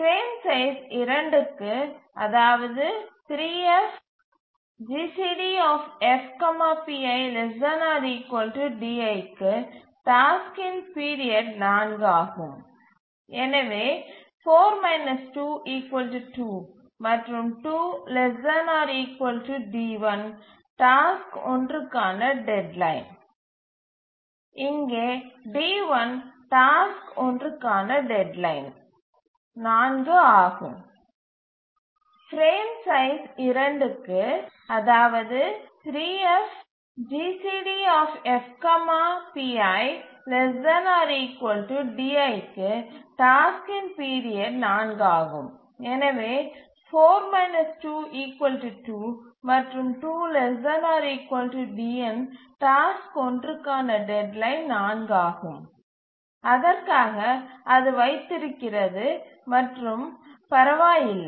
frame size 2 க்கு அதாவது 3F GCD F p1 ≤ di க்கு டாஸ்க்கின் பீரியட் 4 ஆகும் எனவே 4 2 2 மற்றும் 2 ≤ d1 டாஸ்க் ஒன்றுக்கான டெட்லைன் 4 ஆகும் அதற்காக அது வைத்திருக்கிறது மற்றும் பரவாயில்லை